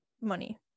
money